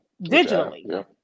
digitally